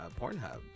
Pornhub